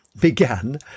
began